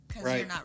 right